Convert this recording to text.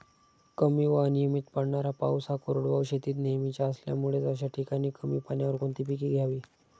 कमी व अनियमित पडणारा पाऊस हा कोरडवाहू शेतीत नेहमीचा असल्यामुळे अशा ठिकाणी कमी पाण्यावर कोणती पिके घ्यावी?